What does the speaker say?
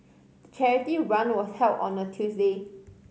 the charity run was held on a Tuesday